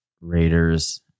Raiders